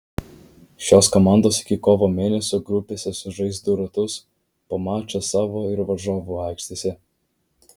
šios komandos iki kovo mėnesio grupėse sužais du ratus po mačą savo ir varžovų aikštėse